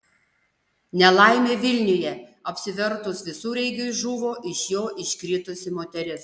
nelaimė vilniuje apsivertus visureigiui žuvo iš jo iškritusi moteris